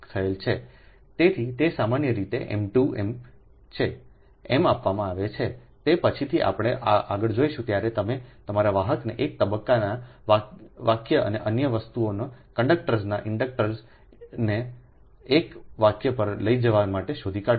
તેથી તે સામાન્ય રીતે તે m2 m છે m આપવામાં આવે છે તે પછીથી આપણે આગળ જોઈશું જ્યારે તમે તમારા વાહકને એક તબક્કાના વાક્ય અને અન્ય વસ્તુઓના કંડકટર્સના ઇન્ડડક્શનને એક વાક્ય પર લઈ જવા માટે શોધી કાઢશો